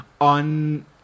On